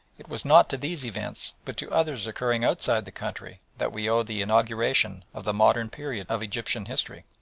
it was not to these events but to others occurring outside the country that we owe the inauguration of the modern period of egyptian history.